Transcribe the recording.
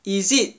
is it